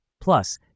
Plus